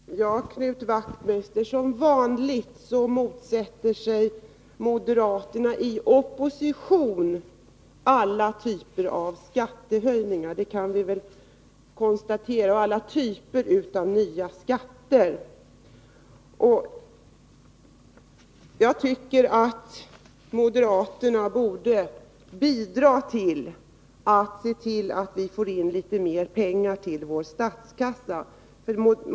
Herr talman! Till Knut Wachtmeister: Som vanligt motsätter sig moderaterna i opposition alla typer av skattehöjningar och alla typer av nya skatter. Jag tycker att moderaterna borde bidra till att vi får in litet mer pengar till vår statskassa.